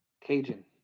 Cajun